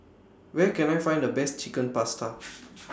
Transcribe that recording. Where Can I Find The Best Chicken Pasta